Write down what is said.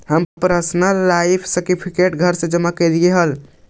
हम pensioner life certificate घर से ही जमा करवइलिअइ हल